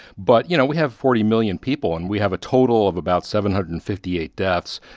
but, you know, we have forty million people, and we have a total of about seven hundred and fifty eight deaths.